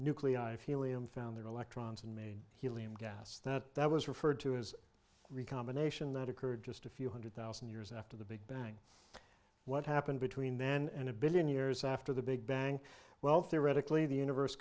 and found their electrons and made helium gas that that was referred to as recombination that occurred just a few hundred thousand years after the big bang what happened between then and a billion years after the big bang well theoretically the universe